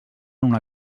una